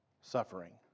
suffering